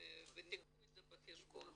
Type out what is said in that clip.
ותיקחו את זה בחשבון.